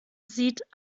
sieht